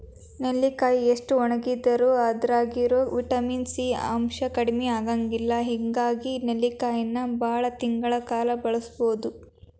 ನೆಲ್ಲಿಕಾಯಿ ಎಷ್ಟ ಒಣಗಿದರೂ ಅದ್ರಾಗಿರೋ ವಿಟಮಿನ್ ಸಿ ಅಂಶ ಕಡಿಮಿ ಆಗಂಗಿಲ್ಲ ಹಿಂಗಾಗಿ ನೆಲ್ಲಿಕಾಯಿನ ಬಾಳ ತಿಂಗಳ ಕಾಲ ಬಳಸಬೋದು